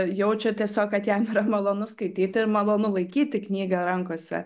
jaučia tiesiog kad jam yra malonu skaityti ir malonu laikyti knygą rankose